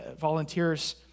volunteers